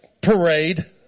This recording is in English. parade